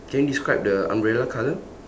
can you describe the umbrella colour